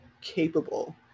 capable